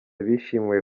bishimiwe